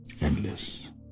Endless